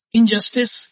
injustice